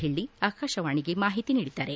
ಹಿಳ್ಳಿ ಆಕಾಶವಾಣಿಗೆ ಮಾಹಿತಿ ನೀಡಿದ್ದಾರೆ